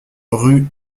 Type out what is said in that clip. rue